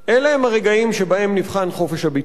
אלה הם הרגעים שבהם נבחן חופש הביטוי